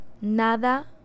nada